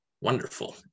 wonderful